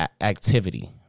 activity